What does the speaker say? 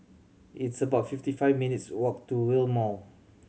it's about fifty five minutes' walk to Rail Mall